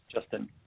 Justin